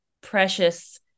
precious